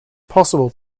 possible